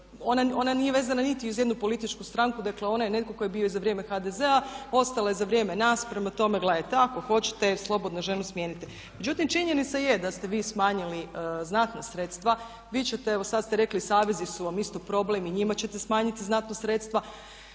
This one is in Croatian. ona nije vezana niti uz jednu političku stranku, dakle ona je netko tko je bio i za vrijeme HDZ-a, ostala je za vrijeme nas. Prema tome, gledajte ako hoćete slobodno ženu smijenite. Međutim, činjenica je da ste vi smanjili znatna sredstva, vi ćete evo sad ste rekli savezi su vam isto problem i njima ćete smanjiti znatno sredstva.